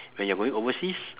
when you are going overseas